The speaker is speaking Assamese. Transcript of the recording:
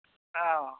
অঁ